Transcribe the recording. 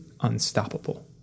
unstoppable